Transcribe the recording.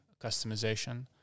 customization